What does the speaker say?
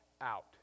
out